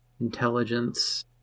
intelligence